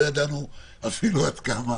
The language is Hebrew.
לא ידענו אפילו עד כמה.